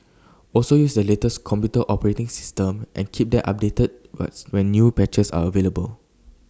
also use the latest computer operating system and keep them updated was when new patches are available